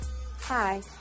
Hi